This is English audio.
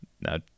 Now